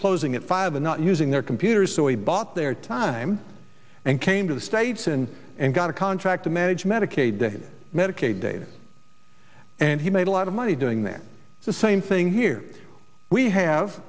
closing at five and not using their computers so he bought their time and came to the states and and got a contract to manage medicaid medicaid data and he made a lot of money doing that the same thing here we have